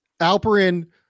Alperin